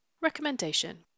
Recommendation